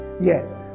Yes